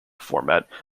format